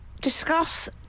discuss